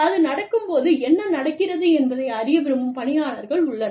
அது நடக்கும்போது என்ன நடக்கிறது என்பதை அறிய விரும்பும் பணியாளர்கள் உள்ளனர்